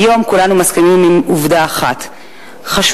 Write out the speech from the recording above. היום כולנו מסכימים עם עובדה אחת חשובה,